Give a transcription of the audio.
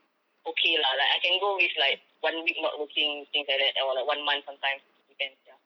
okay lah like I can go with like one week not working things like that or one month sometimes depends ya